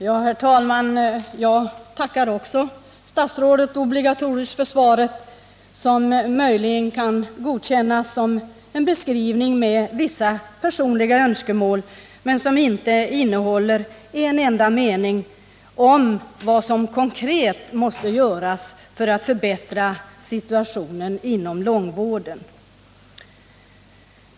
Herr talman! Jag tackar obligatoriskt statsrådet för svaret, som möjligen kan godkännas som en beskrivning kompletterad med vissa personliga önskemål men som inte innehåller en enda mening om vad som konkret måste göras för att förbättra situationen inom långtidsvården.